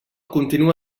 continua